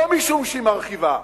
לא משום שהיא מרחיבה,